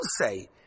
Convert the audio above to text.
say